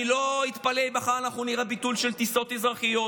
אני לא אתפלא אם מחר אנחנו נראה ביטול של טיסות אזרחיות,